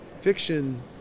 fiction